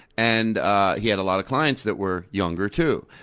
and ah he had a lot of clients that were younger, too,